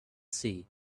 see